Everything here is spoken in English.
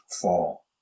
fall